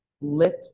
lift